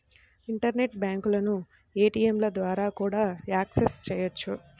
internet బ్యాంకులను ఏటీయంల ద్వారా కూడా యాక్సెస్ చెయ్యొచ్చు